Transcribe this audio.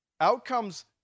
Outcomes